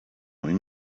when